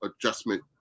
adjustment